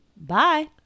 bye